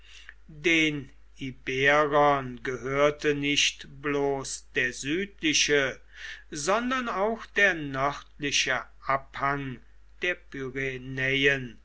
den iberern gehörte nicht bloß der südliche sondern auch der nördliche abhang der